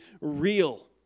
real